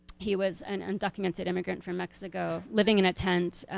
he was an undocumented immigrant from mexico living in a tent,